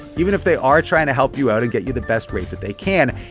even if they are trying to help you out and get you the best rate that they can.